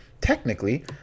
technically